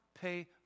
pay